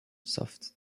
soft